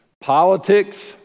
Politics